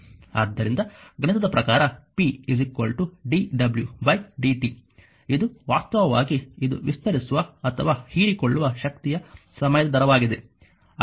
ಆದ್ದರಿಂದ ಗಣಿತದ ಪ್ರಕಾರ p dw dt ಇದು ವಾಸ್ತವವಾಗಿ ಇದು ವಿಸ್ತರಿಸುವ ಅಥವಾ ಹೀರಿಕೊಳ್ಳುವ ಶಕ್ತಿಯ ಸಮಯದ ದರವಾಗಿದೆ